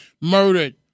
murdered